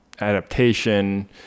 adaptation